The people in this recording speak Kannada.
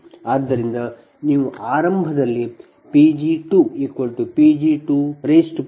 ಆದ್ದರಿಂದ ನೀವು ಆರಂಭದಲ್ಲಿ Pg2Pg201